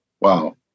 wow